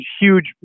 huge